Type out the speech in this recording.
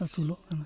ᱟᱹᱥᱩᱞᱚᱜ ᱠᱟᱱᱟ